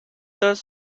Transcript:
does